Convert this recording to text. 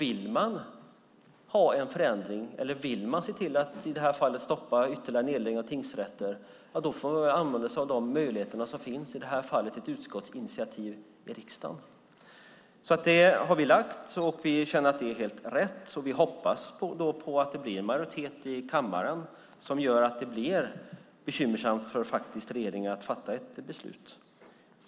Vill man ha en förändring eller vill man se till att stoppa ytterligare nedläggningar av tingsrätter får man använda sig av de möjligheter som finns, i det här fallet ett utskottsinitiativ i riksdagen. Det har vi tagit, och vi känner att det är helt rätt. Vi hoppas att det blir en majoritet i kammaren som gör att det blir bekymmersamt för regeringen att faktiskt fatta ett beslut.